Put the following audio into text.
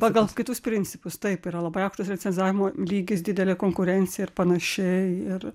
pagal kitus principus taip yra labai aukštas recenzavimo lygis didelė konkurencija ir panašiai ir